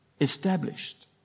established